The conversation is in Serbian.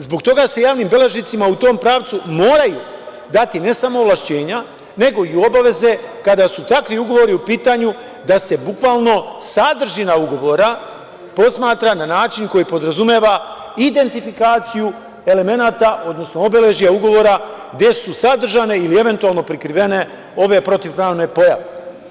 Zbog toga se javnim beležnicima u tom pravcu moraju dati, ne samo ovlašćenja, nego i obaveze kada su takvi ugovori u pitanju da se bukvalno sadržina ugovora posmatra na način koji podrazumeva identifikaciju elemenata, odnosno obeležja ugovora gde su sadržane ili eventualno prikrivene ove protivpravne pojave.